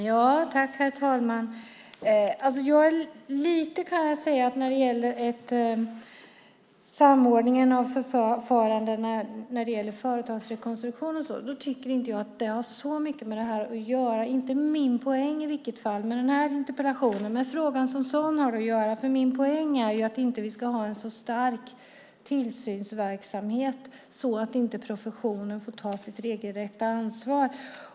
Herr talman! Samordningen av förfarandet när det gäller företagsrekonstruktion och så vidare tycker jag inte har så mycket med det här att göra. Det är i vilket fall inte min poäng med den här interpellationen. Men frågan som sådan har att göra med detta. Min poäng är ju att vi inte ska ha en så stark tillsynsverksamhet att professionen inte får ta sitt regelrätta ansvar.